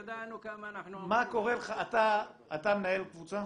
ידענו כמה אנחנו אמורים --- אתה מנהל קבוצה?